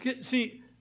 See